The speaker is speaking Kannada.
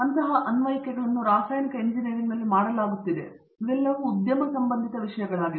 ಅಂತಹ ಅನ್ವಯಿಕೆಗಳನ್ನು ರಾಸಾಯನಿಕ ಇಂಜಿನಿಯರಿಂಗ್ನಲ್ಲಿ ಮಾಡಲಾಗುತ್ತಿದ್ದು ಇವೆಲ್ಲವೂ ಉದ್ಯಮ ಸಂಬಂಧಿತ ವಿಷಯಗಳಾಗಿವೆ